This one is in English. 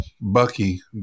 Bucky